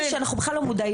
כי זה קשור לחופש הביטוי.